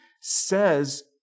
says